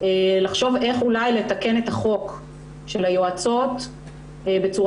ולחשוב איך אולי לתקן את חוק היועצות בצורה